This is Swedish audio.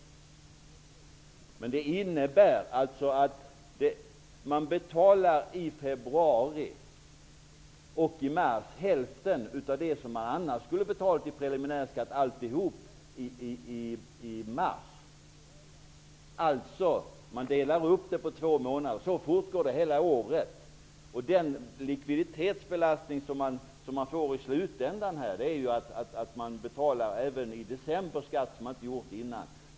Förslaget innebär att man i februari och mars betalar hälften av det man annars totalt skulle betalt i preliminärskatt i mars. Det delas upp på två månader, och så fortgår det hela året. Den likviditetsbelastning som man får i slutänden är att man även betalar in skatt i december, vilket man inte har gjort tidigare.